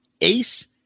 Ace